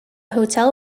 hotel